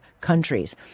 countries